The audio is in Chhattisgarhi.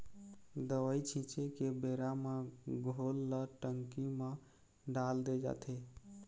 दवई छिंचे के बेरा म घोल ल टंकी म डाल दे जाथे